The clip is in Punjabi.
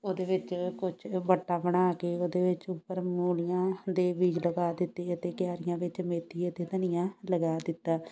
ਉਹਦੇ ਵਿੱਚ ਕੁਛ ਵੱਟਾਂ ਬਣਾ ਕੇ ਉਹਦੇ ਵਿੱਚ ਉੱਪਰ ਮੂਲੀਆਂ ਦੇ ਬੀਜ ਲਗਾ ਦਿੱਤੇ ਅਤੇ ਕਿਆਰੀਆਂ ਵਿੱਚ ਮੇਥੀ ਅਤੇ ਧਨੀਆ ਲਗਾ ਦਿੱਤਾ